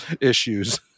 issues